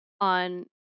on